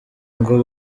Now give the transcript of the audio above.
ngo